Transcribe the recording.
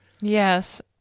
Yes